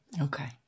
Okay